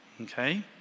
Okay